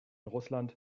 russland